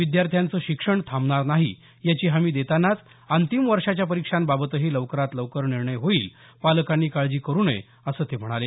विद्यार्थ्यांचं शिक्षण थांबणार नाही याची हमी देतानाच अंतिम वर्षाच्या परीक्षांबाबतही लवकरात लवकर निर्णय होईल पालकांनी काळजी करू नये असं ते म्हणाले